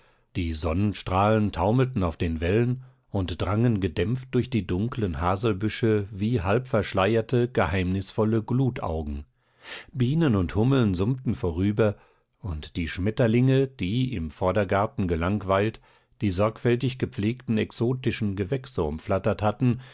die sonnenstrahlen taumelten auf den wellen und drangen gedämpft durch die dunklen haselbüsche wie halbverschleierte geheimnisvolle glutaugen bienen und hummeln summten vorüber und die schmetterlinge die im vordergarten gelangweilt die sorgfältig gepflegten exotischen gewächse umflattert hatten